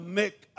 make